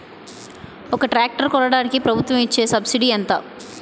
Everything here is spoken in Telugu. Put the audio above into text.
ఒక ట్రాక్టర్ కొనడానికి ప్రభుత్వం ఇచే సబ్సిడీ ఎంత?